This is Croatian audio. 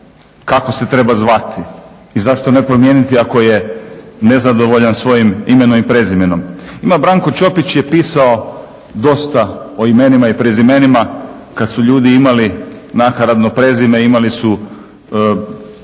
kako se treba zvati i zašto ne promijeniti ako je nezadovoljan svojim imenom i prezimenom. Ima Branko Čopić je pisao dosta o imenima i prezimenima kad su ljudi imali nakaradno prezime, imali su